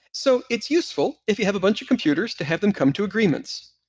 so it's useful, if you have a bunch of computers, to have them come to agreements,